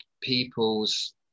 people's